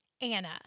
Anna